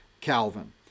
Calvin